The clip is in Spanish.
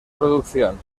producción